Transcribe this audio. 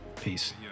Peace